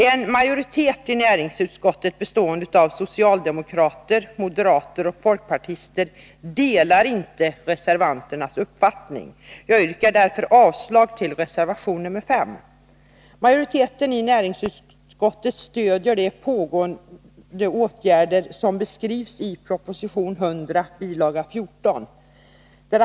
En majoritet i näringsutskottet, bestående av socialdemokrater, moderater och en folkpartist, delar inte reservanternas uppfattning. Därför yrkar jag avslag på reservation 5.